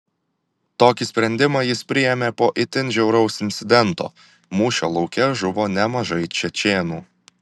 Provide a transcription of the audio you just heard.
tokį sprendimą jis priėmė po itin žiauraus incidento mūšio lauke žuvo nemažai čečėnų